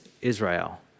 Israel